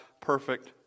perfect